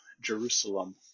Jerusalem